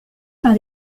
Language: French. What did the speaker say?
par